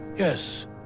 Yes